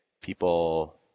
people